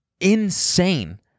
insane